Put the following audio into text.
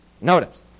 Notice